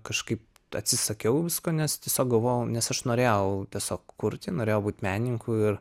kažkaip atsisakiau visko nes tiesiog galvojau nes aš norėjau tiesiog kurti norėjau būt menininku ir